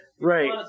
Right